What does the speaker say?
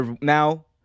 now